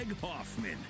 Hoffman